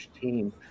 team